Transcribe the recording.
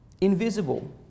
invisible